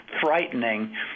frightening